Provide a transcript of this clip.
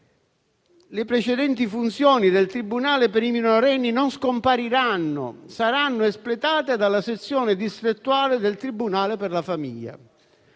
Le precedenti funzioni del tribunale per i minorenni non scompariranno, ma saranno espletate dalla sezione distrettuale del tribunale per la famiglia.